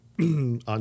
on